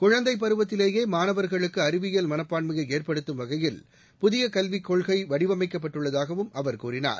குழந்தை பருவத்திலேயே மாணவர்களுக்கு அறிவியல் மனப்பான்மையை ஏற்படுத்தும் வகையில் புதிய கல்விக்கொள்கை வடிவமைக்கப்பட்டுள்ளதாகவும் அவர் கூறினார்